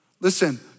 Listen